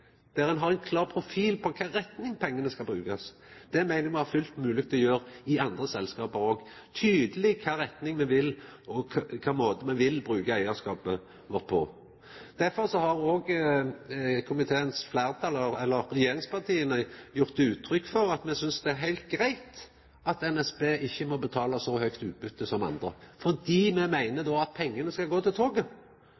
der ein har ein klar profil på i kva retning pengane skal brukast. Det meiner eg må vera fullt mogleg å gjera i andre selskap òg, at me er tydelege i kva retning me vil bruka eigarskapen vår. Derfor har òg regjeringspartia gjeve uttrykk for at me synest det er heilt greit at NSB ikkje må betala så høgt utbytte som andre; me meiner